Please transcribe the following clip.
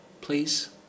please